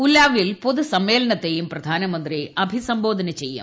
ഉലാവിൽ പൊതുസമ്മേളനത്തെയും പ്രധാനമന്ത്രി അഭിസംബോധന ചെയ്യും